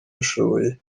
dushoboye